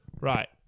Right